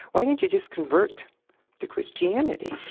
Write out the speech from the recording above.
why don't you just convert to christianity?